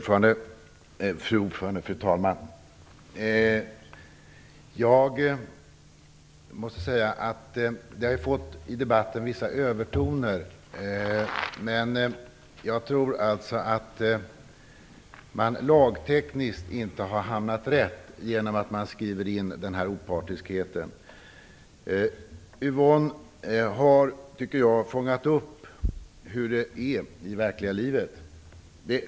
Fru talman! Det har fått vissa övertoner i debatten, men jag tror att man lagtekniskt inte har hamnat rätt när man skriver in opartiskheten i lagen. Jag tycker att Yvonne Ruwaida har fångat upp hur det är i verkliga livet.